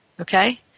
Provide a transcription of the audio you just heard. Okay